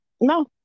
No